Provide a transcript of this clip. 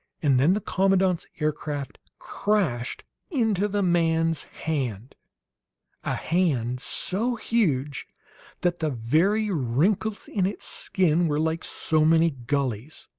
and then the commandant's aircraft crashed into the man's hand a hand so huge that the very wrinkles in its skin were like so many gulleys